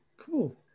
Cool